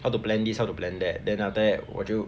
how to plan this how to plan that then after that 我就